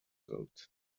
code